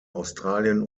australien